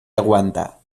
aguanta